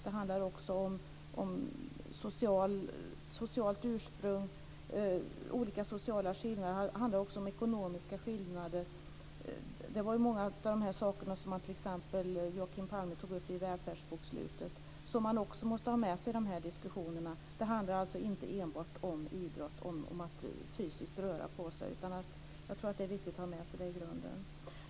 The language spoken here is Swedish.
Det handlar också om socialt ursprung, om olika sociala skillnader och om ekonomiska skillnader. Många av de här sakerna tog t.ex. Joakim Palme upp i välfärdsbokslutet och man måste också ha dem med i de här diskussionerna. Det handlar alltså inte enbart om idrott och att fysiskt röra på sig, utan jag tror att det är viktigt att ha med även detta i grunden.